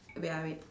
wait ah wait